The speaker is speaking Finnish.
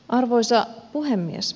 arvoisa puhemies